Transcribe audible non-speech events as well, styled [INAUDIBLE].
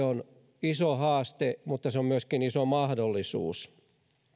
[UNINTELLIGIBLE] on iso haaste mutta se on myöskin iso mahdollisuus